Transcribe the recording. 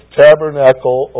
tabernacle